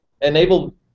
enable